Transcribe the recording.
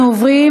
אנחנו עוברים